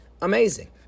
amazing